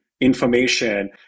information